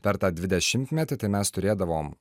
per tą dvidešimtmetį tai mes turėdavom